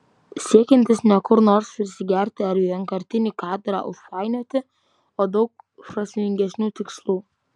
siekiantis ne kur nors prisigerti ar vienkartinį kadrą užpainioti o daug prasmingesnių tikslų